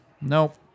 nope